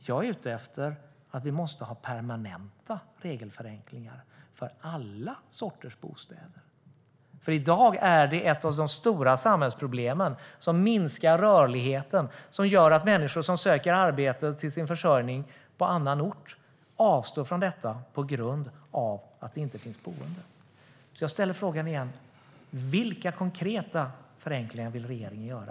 Jag är ute efter att vi måste ha permanenta regelförenklingar för alla sorters bostäder. I dag är ett av de stora samhällsproblemen som minskar rörligheten att människor avstår från att söka arbete för sin försörjning på annan ort på grund av att det inte finns bostäder. Jag ställer därför frågan igen: Vilka konkreta förenklingar vill regeringen göra?